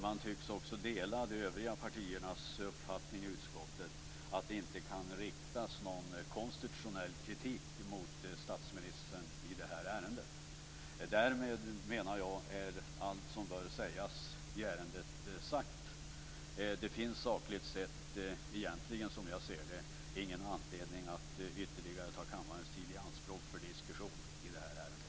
Man tycks också dela de övriga partiernas uppfattning i utskottet, att det inte kan riktas någon konstitutionell kritik mot statsministern i det här ärendet. Därmed menar jag att allt som bör sägas i ärendet är sagt. Sakligt sett finns det, som jag ser det, ingen anledning att ytterligare ta kammarens tid i anspråk för diskussion i ärendet.